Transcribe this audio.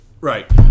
right